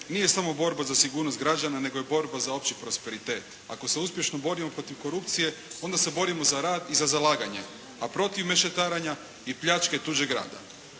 nije samo borba za sigurnost građana nego je borba za opći prosperitet. Ako se uspješno borimo protiv korupcije onda se borimo za rad i za zalaganje, a protiv mešetarenja i pljačke tuđeg rada.